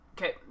Okay